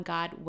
God